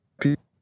people